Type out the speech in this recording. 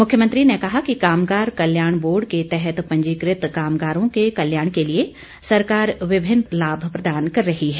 मुख्यमंत्री ने कहा कि कामगार कलयाण बोर्ड के तहत पंजीकृत कामगारों के कल्याण के लिए सरकार विभिन्न लाभ प्रदान कर रही है